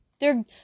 they're-